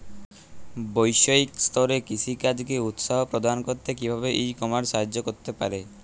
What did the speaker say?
বৈষয়িক স্তরে কৃষিকাজকে উৎসাহ প্রদান করতে কিভাবে ই কমার্স সাহায্য করতে পারে?